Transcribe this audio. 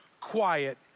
quiet